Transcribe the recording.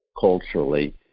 culturally